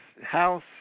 house